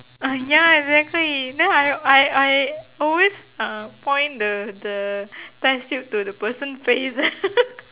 uh ya exactly then I I I always um point the the test tube to the person face